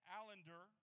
Allender